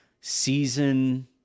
season